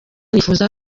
nifuza